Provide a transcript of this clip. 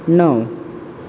णव